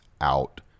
out